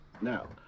Now